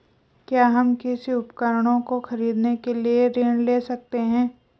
क्या हम कृषि उपकरणों को खरीदने के लिए ऋण ले सकते हैं?